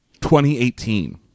2018